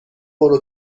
برو